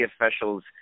officials